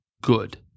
good